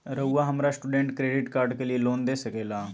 रहुआ हमरा student credit card के लिए लोन दे सके ला?